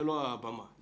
אבל לא זו הבמה.